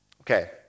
Okay